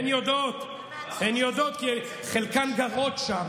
הן יודעות, כי חלקן גרות שם.